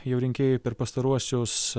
jau rinkėjai per pastaruosius